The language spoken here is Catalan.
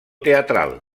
teatral